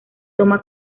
toma